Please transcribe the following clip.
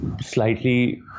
slightly